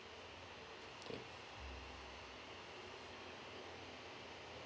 okay